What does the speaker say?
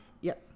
Yes